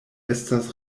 estas